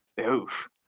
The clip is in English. Oof